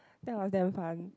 that was damn fun